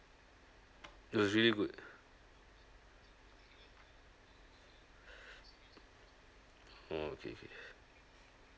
it was really good oh okay okay